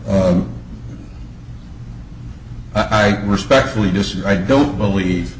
d i respectfully disagree i don't believe